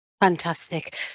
Fantastic